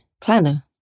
planner